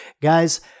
Guys